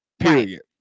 period